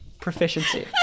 Proficiency